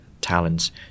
talents